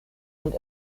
und